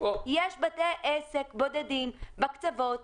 יש בתי עסק בודדים בקצוות,